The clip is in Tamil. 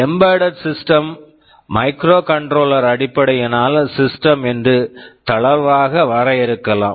எம்பெடெட் சிஸ்டம்ஸ் embedded systems ஐ மைக்ரோகண்ட்ரோலர் microcontroller அடிப்படையிலான சிஸ்டம்ஸ் systems என்று தளர்வாக வரையறுக்கலாம்